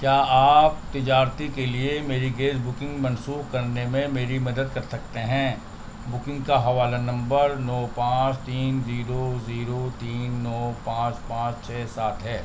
کیا آپ تجارتی کے لیے میری گیس بکنگ منسوخ کرنے میں میری مدد کر سکتے ہیں بکنگ کا حوالہ نمبر نو پانچ تین زیرو زیرو تین نو پانچ پانچ چھ سات ہے